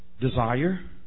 desire